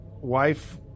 wife